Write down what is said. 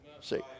See